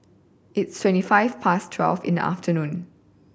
its twenty five past twelve in the afternoon